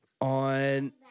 on